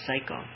cycle